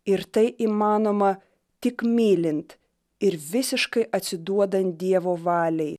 ir tai įmanoma tik mylint ir visiškai atsiduodant dievo valiai